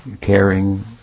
caring